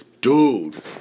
dude